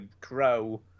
crow